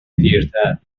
پیرتر